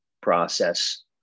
process